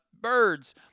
birds